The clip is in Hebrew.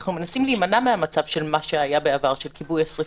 אנחנו מנסים להימנע מהמצב של מה שהיה בעבר של כיבוי שרפות.